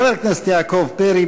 חבר הכנסת יעקב פרי,